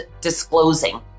disclosing